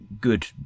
good